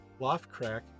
Loftcrack